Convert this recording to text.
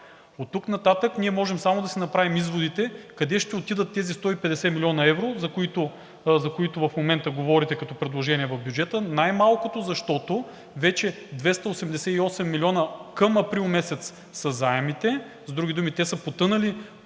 Оттук нататък ние можем само да си направим изводите къде ще отидат тези 150 млн. евро, за които в момента говорите като предложение в бюджета, най-малкото защото 288 милиона към април месец са заемите. С други думи, те са потънали